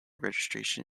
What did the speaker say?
registration